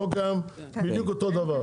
החוק הקיים בדיוק אותו דבר,